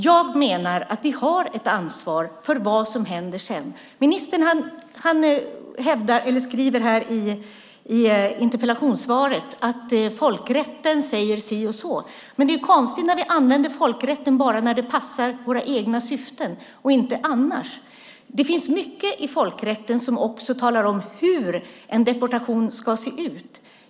Jag menar att vi har ett ansvar för vad som händer sedan. Ministern skriver i interpellationssvaret att folkrätten säger si och så. Men det är konstigt när vi använder folkrätten bara när det passar våra egna syften och inte annars. Det finns mycket i folkrätten som också talar om hur en deportation ska se ut.